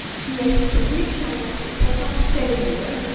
the expedition was a total failure.